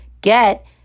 get